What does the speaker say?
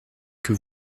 que